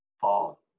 fall